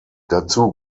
dazu